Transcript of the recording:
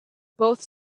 both